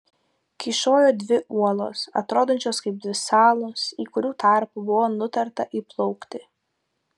kyšojo dvi uolos atrodančios kaip dvi salos į kurių tarpą buvo nutarta įplaukti